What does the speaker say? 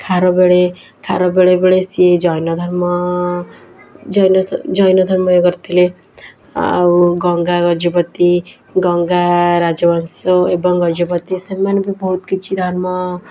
ଖାରବେଳେ ଖାର ବେଳେବେଳେ ସିଏ ଜୈନଧର୍ମ ଜୈନଧର୍ମ କରିଥିଲେ ଆଉ ଗଙ୍ଗା ଗଜପତି ଗଙ୍ଗା ରାଜବଂଶୀୟ ଏବଂ ଗଜପତି ସେମାନେ ବି ବହୁତ କିଛି ଧର୍ମ